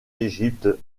égypte